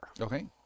Okay